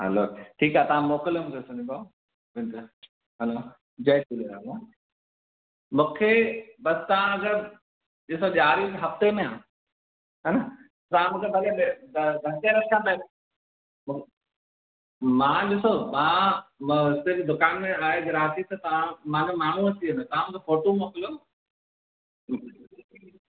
हलो ठीकु आहे तव्हां मोकिलियो मूंखे संजय भाउ हलो जय झूलेलाल मूंखे बस तव्हां अगरि ॾिसो ॾियारी हफ़्ते में आहे हा न तव्हां मूंखे भले ध धन धनतेरस खां पहिरियों मां ॾिसो मां हिते बि दुकान में आहे ग्राहकी त तव्हां मुंहिंजो माण्हू अची वेंदो तव्हंं मूंखे फोटूं मोकिलियो